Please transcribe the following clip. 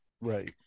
Right